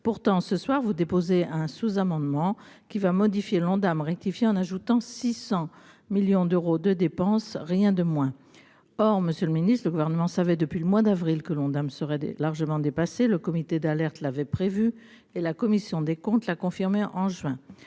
Pourtant, ce soir vous déposez un sous-amendement visant à modifier l'Ondam rectifié en ajoutant 600 millions d'euros de dépenses, rien de moins ! Monsieur le ministre, le Gouvernement savait pourtant, depuis le mois d'avril, que l'Ondam serait largement dépassé- le comité d'alerte l'avait prévu et la Commission des comptes l'a confirmé en juin